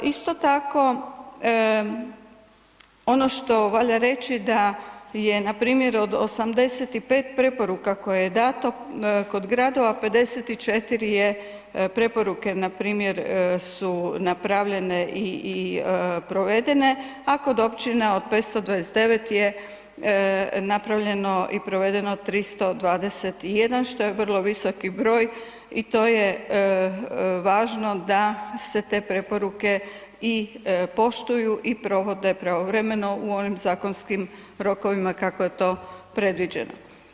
Isto tako ono što valja reći da je npr. od 85 preporuka koje je dato kod gradova 54 je preporuke npr. su napravljene i provedene, a kod općina od 529 je napravljeno i provedeno 321 što je vrlo visoki broj i to je važno da se te preporuke i poštuju i provode pravovremeno u onim zakonskim rokovima kako je to predviđeno.